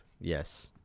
Yes